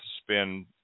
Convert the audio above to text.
spend